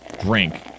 drink